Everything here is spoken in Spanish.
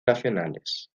nacionales